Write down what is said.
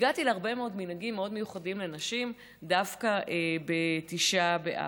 הגעתי להרבה מאוד מנהגים מאוד מיוחדים לנשים דווקא בתשעה באב.